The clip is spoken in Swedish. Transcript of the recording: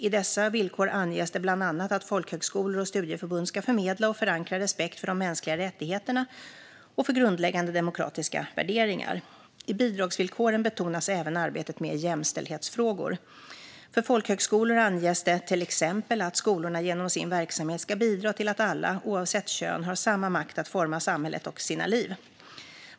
I dessa villkor anges det bland annat att folkhögskolor och studieförbund ska förmedla och förankra respekt för de mänskliga rättigheterna och för grundläggande demokratiska värderingar. I bidragsvillkoren betonas även arbetet med jämställdhetsfrågor. För folkhögskolor anges det till exempel att skolorna genom sin verksamhet ska bidra till att alla oavsett kön ska ha samma makt att forma samhället och sina liv.